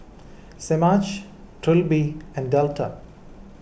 Semaj Trilby and Delta